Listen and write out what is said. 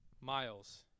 Miles